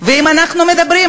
ואם אנחנו מדברים,